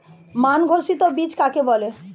মান ঘোষিত বীজ কাকে বলে?